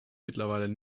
mittlerweile